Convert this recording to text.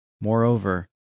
Moreover